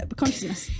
consciousness